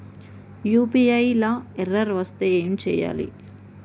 UPI లా error వస్తే ఏం చేయాలి?